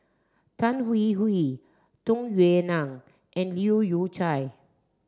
Tan Hwee Hwee Tung Yue Nang and Leu Yew Chye